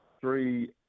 three